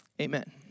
Amen